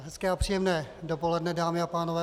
Hezké a příjemné dopoledne, dámy a pánové.